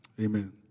amen